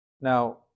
Now